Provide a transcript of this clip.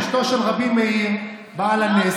אשתו של רבי מאיר בעל הנס,